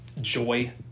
joy